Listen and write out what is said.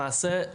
למעשה,